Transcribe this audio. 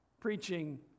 preaching